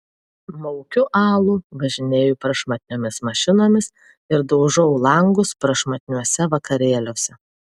maukiu alų važinėju prašmatniomis mašinomis ir daužau langus prašmatniuose vakarėliuose